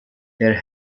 there